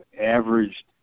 averaged